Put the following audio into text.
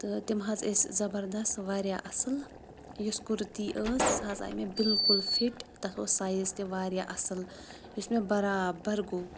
تہٕ تِم حظ ٲسۍ زَبَردَست واریاہ اَصٕل یۄس کُرتی ٲسۍ سۄ حظ آے مےٚ بالکل فِٹ تَتھ اوس سایِز تہِ واریاہ اَصٕل یُس مےٚ برابر گوٚو